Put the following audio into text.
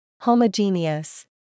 homogeneous